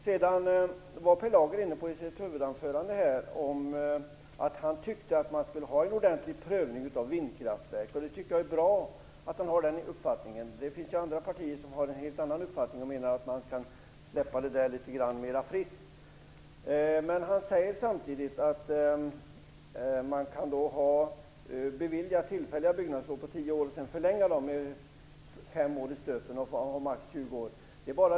Per Lager sade i sitt huvudanförande att han tyckte att man skulle ha en ordentlig prövning av vindkraftverk. Det tycker jag är bra. Det finns andra partier som har en helt annan uppfattning och menar att man skall släppa det litet mera fritt. Men han säger samtidigt att man kan bevilja tillfälliga byggnadslov på tio år och förlänga dem sedan med fem år i stöten, högst 20 år.